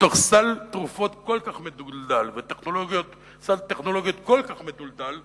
מתוך סל תרופות כל כך מדולדל וסל טכנולוגיות כל כך מדולדל,